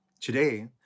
Today